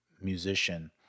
musician